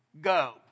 go